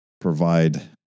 provide